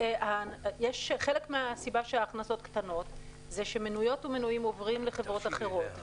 חלק מהסיבה שההכנסות קטנות היא שמנויות ומנויים עוברים לחברות אחרות,